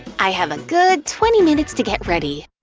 i have a good twenty minutes to get ready!